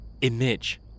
image